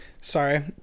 Sorry